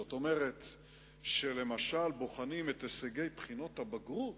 זאת אומרת, כשבוחנים את הישגי בחינות הבגרות,